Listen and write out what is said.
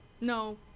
no